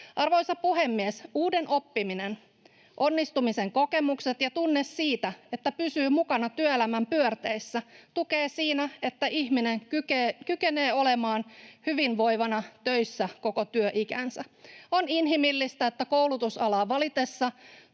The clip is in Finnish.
Arvoisa puhemies! Uuden oppiminen, onnistumisen kokemukset ja tunne siitä, että pysyy mukana työelämän pyörteissä, tukee siinä, että ihminen kykenee olemaan hyvinvoivana töissä koko työikänsä. On inhimillistä, että koulutusalaa valitessa